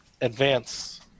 advance